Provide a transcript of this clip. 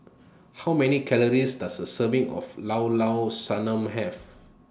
How Many Calories Does A Serving of Llao Llao Sanum Have